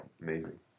amazing